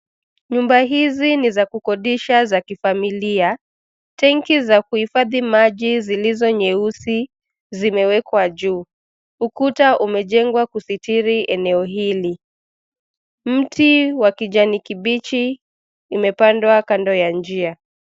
Nyumba hizi ni za kukodesha za kifamilia. Tenki za kuhifadhi maji zilizo nyeusi zimewekwa juu. Ukuta umejengwa kusitiri eneo hili. Mti wa kijani kibichi umepandwa kando ya njia.